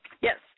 Yes